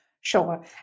Sure